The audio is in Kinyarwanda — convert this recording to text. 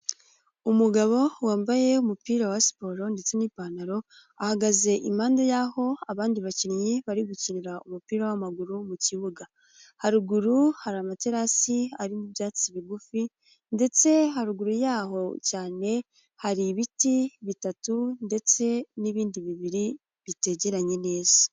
Umugabo wambaye umupira wa siporo ndetse n'ipantaro ahagaze impande y'aho abandi bakinnyi bari gukinira umupira w'amaguru mu kibuga. Haruguru hari amaterasi arimo ibyatsi bigufi ndetse haruguru yaho cyane hari ibiti bitatu ndetse n'ibindi bibiri bitegeranye neza.